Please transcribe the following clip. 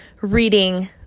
reading